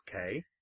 Okay